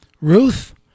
Ruth